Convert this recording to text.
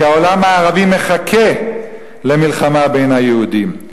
כי העולם הערבי מחכה למלחמה בין היהודים.